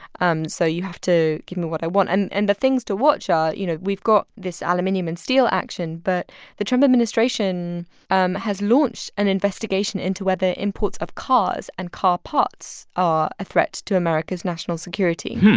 um so you have to give me what i want? and and the things to watch are you know, we've got this aluminium and steel action, but the trump administration um has launched an investigation into whether imports of cars and car parts are a threat to america's national security.